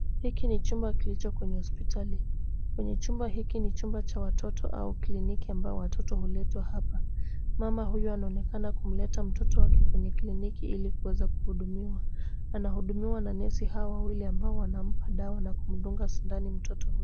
Hiki ni chumba kilicho kwenye hospitali. Kwenye chumba hiki ni chumba cha watoto au kliniki ambayo watoto huletwa hapa. Mama huyu anaonekana kumleta mtoto wake kwenye kliniki ili kuweza kuhudumiwa. Anahudumiwa na nesi hao wawili ambao wanampa dawa na kumdunga sindani mtoto huyu.